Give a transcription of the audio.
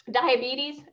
diabetes